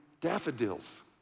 daffodils